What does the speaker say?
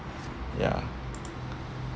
ya